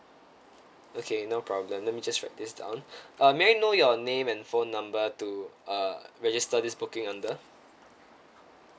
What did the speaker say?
okay no problem let me just write this down uh may know your name and phone number to uh register this booking under